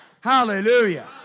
Hallelujah